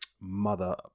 Mother